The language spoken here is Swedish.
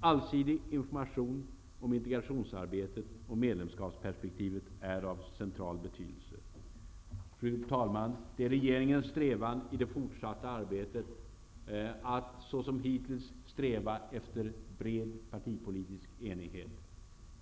Allsidig information om integrationsarbetet och medlemskapsperspektivet är av central betydelse. Fru talman! Det är regeringens strävan i det fortsatta arbetet att, såsom hittills, nå bred partipolitisk enighet.